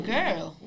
Girl